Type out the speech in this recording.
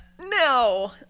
No